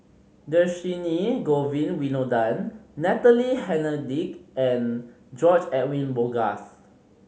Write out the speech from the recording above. Dhershini Govin Winodan Natalie Hennedige and George Edwin Bogaars